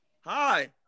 Hi